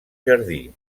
jardí